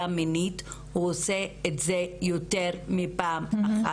מינית הוא עושה את זה יותר מפעם אחת.